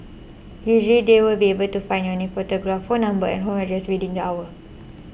usually they will be able to find your name photograph phone number and home address within the hour